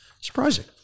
Surprising